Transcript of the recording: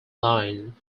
line